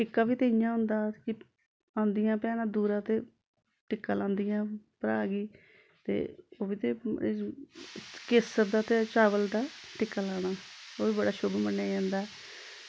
टिक्का बी ते इ'यां होंदा कि औंदियां भैनां दूरा ते टिक्का लांदियां भ्राऽ गी ते ओह् बी ते केसर दा ते चावल दा टिक्का लाना ओह् बी बड़ा शुभ मन्नेआ जंदा